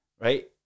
right